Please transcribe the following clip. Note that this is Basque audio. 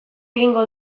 egingo